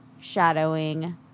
shadowing